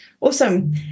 Awesome